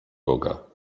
boga